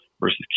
versus